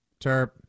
Terp